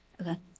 okay